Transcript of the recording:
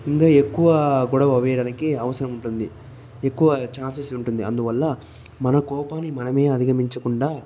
ఇంకా ఎక్కువ గొడవ వేయడానికి అవసరం ఉంటుంది ఎక్కువ ఛాన్సెస్ ఉంటుంది అందువల్ల మన కోపాన్ని మనమే అధిగమించకుండా